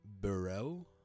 Burrell